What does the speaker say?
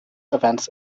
events